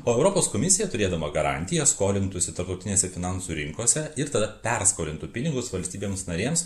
o europos komisija turėdama garantiją skolintųsi tarptautinėse finansų rinkose ir tada perskolintų pinigus valstybėms narėms